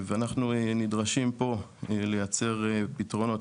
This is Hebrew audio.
אנחנו נדרשים פה לייצר פתרונות.